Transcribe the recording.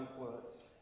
influence